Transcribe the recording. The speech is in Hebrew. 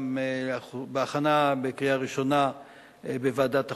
בהכנה בקריאה ראשונה בוועדת החוקה,